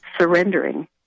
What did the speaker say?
surrendering